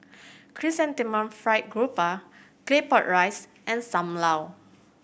Chrysanthemum Fried Garoupa Claypot Rice and Sam Lau